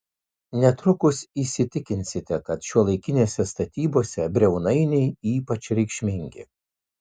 netrukus įsitikinsite kad šiuolaikinėse statybose briaunainiai ypač reikšmingi